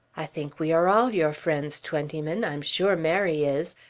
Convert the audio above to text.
i think we are all your friends, twentyman. i'm sure mary is.